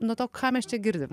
nuo to ką mes čia girdim